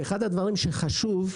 אחד הדברים שחשוב,